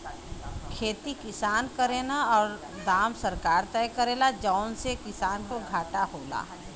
खेती किसान करेन औरु दाम सरकार तय करेला जौने से किसान के घाटा होला